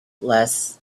less